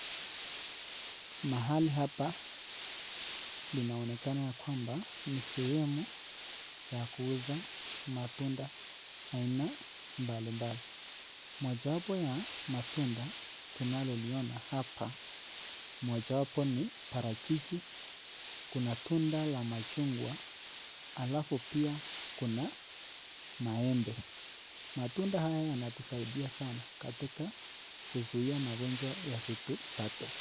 Mahali hapa linaonekana ya kwamba ni sehemu ya kuuza matunda aina mbali mbali moja wapo ya matunda tunaloliona hapa moja wapo ni parachichi kuna tunda la machungwa alafu pia kuna maembe. Matunda haya yanatusaidia sana katika kuzuia magonjwa yasitupate.